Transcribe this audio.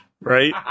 Right